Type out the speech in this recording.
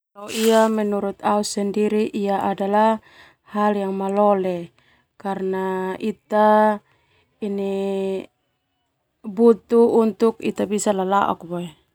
Ia menurut au sendiri ia adalah hal yang malole karna ita ini butuh untuk ita bisa lalaok boe.